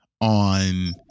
on